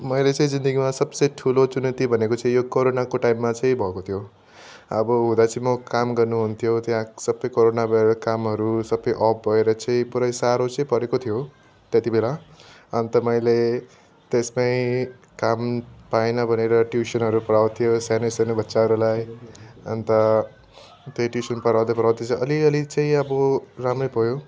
मैले चाहिँ जिन्दगीमा सबसे ठुलो चुनौती भनेको चाहिँ यो कोरोनाको टाइममा चाहिँ भएको थियो अब हुँदा चाहिँ म काम गर्नु हुन्थ्यो त्यहाँ सबै कोरोना भएर कामहरू सबै अफ भएर चाहिँ पुरै साह्रो चाहिँ परेको थियो त्यति बेला अन्त मैले त्यसमै काम पाएन भनेर ट्युसनहरू पढाउथेँ सानो सानो बच्चाहरूलाई अन्त त्यही ट्युसन पढाउँदै पढाउँदै चाहिँ अलिअलि चाहिँ अब राम्रै भयो